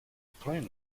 plane